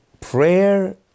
prayer